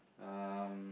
um